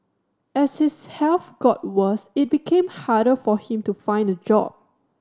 as his health got worse it became harder for him to find a job